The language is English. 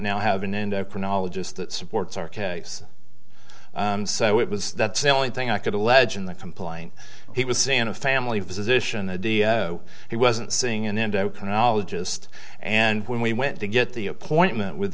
now have an endocrinologist that supports our case so it was the only thing i could allege in the complaint he was seeing a family physician a day he wasn't seeing an endocrinologist and when we went to get the appointment with